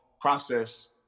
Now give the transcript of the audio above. process